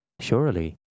Surely